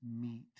meet